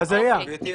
זו הזיה, זה פשוט הזיה.